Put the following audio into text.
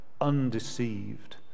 undeceived